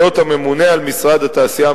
להיות הממונה על משרד התעשייה,